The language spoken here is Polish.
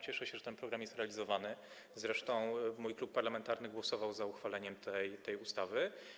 Cieszę się, że ten program jest realizowany, zresztą mój klub parlamentarny głosował za uchwaleniem tej ustawy.